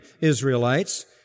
Israelites